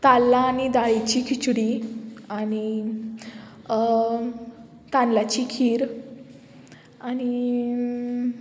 ताल्लां आनी दाळीची खिचडी आनी तांदल्याची खीर आनी